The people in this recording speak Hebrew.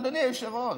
אדוני היושב-ראש,